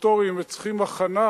הסטטוטוריים וצריכות הכנה